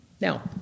Now